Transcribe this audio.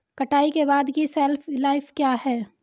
कटाई के बाद की शेल्फ लाइफ क्या है?